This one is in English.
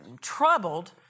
troubled